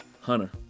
Hunter